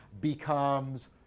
becomes